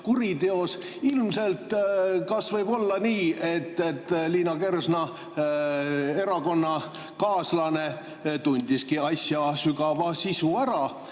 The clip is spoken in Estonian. kuriteos. Kas võib olla nii, et Liina Kersna erakonnakaaslane tundiski asja sügava sisu ära